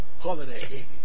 holiday